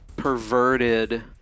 perverted